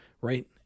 right